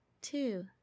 Two